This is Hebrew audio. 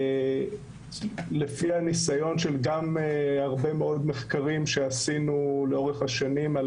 גם לפי הניסיון של הרבה מאוד מחקרים שעשינו לאורך השנים על